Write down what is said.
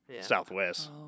Southwest